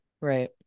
Right